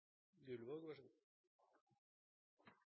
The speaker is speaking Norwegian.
– vær så god.